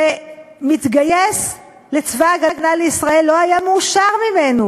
ומתגייס לצבא ההגנה לישראל, לא היה מאושר ממנו.